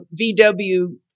VW